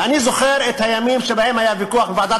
ואני זוכר את הימים שבהם היה ויכוח בוועדת